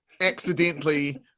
accidentally